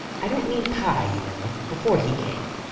i don't mean pye, you know before he came.